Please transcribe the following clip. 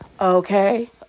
Okay